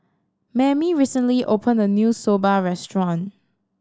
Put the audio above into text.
Mammie recently opened a new Soba restaurant